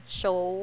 show